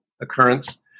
occurrence